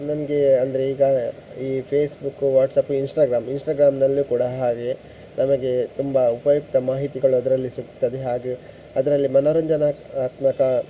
ನಮಗೆ ಅಂದರೆ ಈಗ ಈ ಫೇಸ್ಬುಕ್ಕು ವಾಟ್ಸಪು ಇನ್ಸ್ಟಾಗ್ರಾಮ್ ಇನ್ಸ್ಟಾಗ್ರಾಮ್ನಲ್ಲೂ ಕೂಡ ಹಾಗೆ ನಮಗೆ ತುಂಬ ಉಪಯುಕ್ತ ಮಾಹಿತಿಗಳು ಅದರಲ್ಲಿ ಸಿಕ್ತದೆ ಹಾಗೇ ಅದರಲ್ಲಿ ಮನೋರಂಜನಾತ್ಮಕ